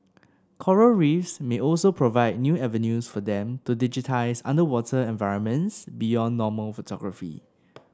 coral reefs may also provide new avenues for them to digitise underwater environments beyond normal photography